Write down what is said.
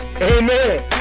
Amen